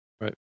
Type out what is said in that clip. Right